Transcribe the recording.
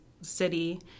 city